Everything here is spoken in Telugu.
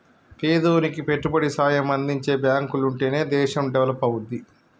పేదోనికి పెట్టుబడి సాయం అందించే బాంకులుంటనే దేశం డెవలపవుద్ది